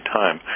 time